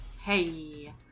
hey